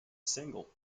single